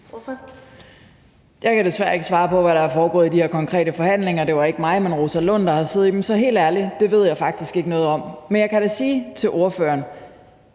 Jeg kan desværre ikke svare på, hvad der er foregået i de her konkrete forhandlinger. Det var ikke mig, men Rosa Lund, der sad med ved dem. Så helt ærligt, det ved jeg faktisk ikke noget om. Men jeg kan da sige til ordføreren,